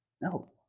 No